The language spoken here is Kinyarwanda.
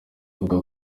avuga